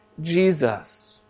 Jesus